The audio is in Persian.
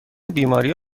بیماری